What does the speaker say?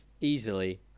easily